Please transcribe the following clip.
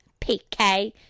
PK